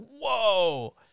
whoa